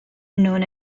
known